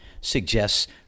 suggests